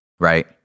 right